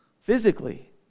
physically